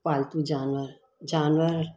पाल्तू जानवर जानवर